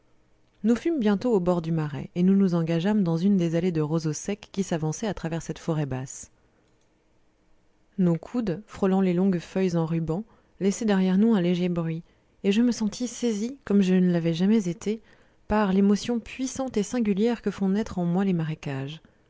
nous fûmes bientôt au bord du marais et nous nous engageâmes dans une des allées de roseaux secs qui s'avançait à travers cette forêt basse nos coudes frôlant les longues feuilles en rubans laissaient derrière nous un léger bruit et je me sentis saisi comme je ne l'avais jamais été par l'émotion puissante et singulière que font naître en moi les marécages